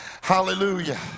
hallelujah